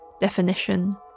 Definition